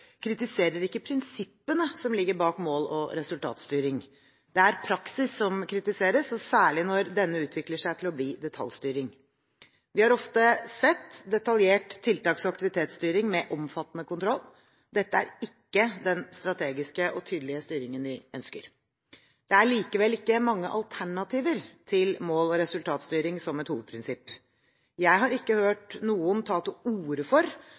er praksis som kritiseres, og særlig når denne utvikler seg til å bli detaljstyring. Vi har ofte sett detaljert tiltaks- og aktivitetsstyring med omfattende kontroll. Dette er ikke den strategiske og tydelige styringen vi ønsker. Det er likevel ikke mange alternativer til mål- og resultatstyring som et hovedprinsipp. Jeg har ikke hørt noen ta til orde for